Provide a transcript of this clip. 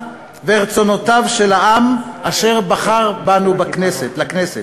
ורצונותיו של העם אשר בחר בנו לכנסת.